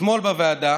אתמול בוועדה